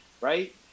right